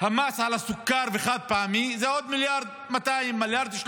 המס על הסוכר ועל החד-פעמי, זה עוד 1.2, 1.3,